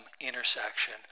intersection